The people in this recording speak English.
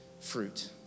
fruit